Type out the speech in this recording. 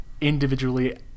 individually